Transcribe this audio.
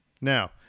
Now